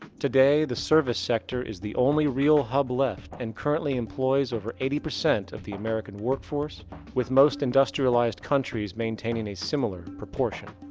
today, the service sector is the only real hub left and currently employs over eighty percent of the american workforce with most industrialized countries maintaining a similar proportion.